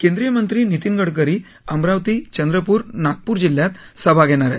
केंद्रीय मंत्री नितीन गडकरी अमरावती चंद्रपूर नागपूर जिल्ह्यात सभा घेणार आहेत